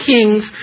Kings